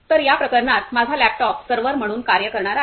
तर या प्रकरणात माझा लॅपटॉप सर्व्हर म्हणून कार्य करणार आहे